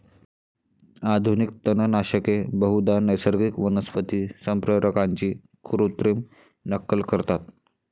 आधुनिक तणनाशके बहुधा नैसर्गिक वनस्पती संप्रेरकांची कृत्रिम नक्कल करतात